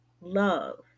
love